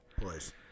place